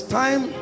time